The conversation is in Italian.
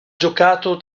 giocato